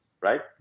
right